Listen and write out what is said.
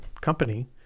company